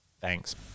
Thanks